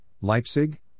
Leipzig